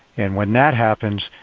and when that happens,